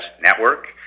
network